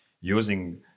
using